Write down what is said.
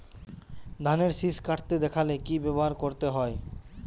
ধানের শিষ কাটতে দেখালে কি ব্যবহার করতে হয়?